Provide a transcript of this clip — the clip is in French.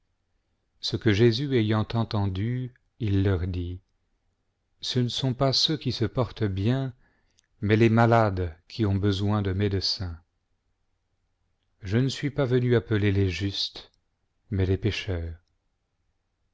ce que jésus ayant entendu il leur dit ce ne sont pas ceux qui se portent bien mais les malades qui ont besoin de médecin je ne suis pas venu appeler les justes mais les pécheurs